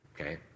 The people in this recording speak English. Okay